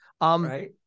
right